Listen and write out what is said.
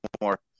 more